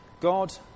God